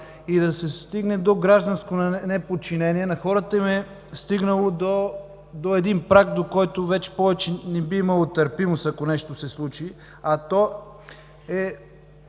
и да се стигне до гражданско неподчинение. На хората им е стигнало до един праг, от който повече не би имало търпимост, ако нещо се случи, а то е